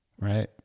right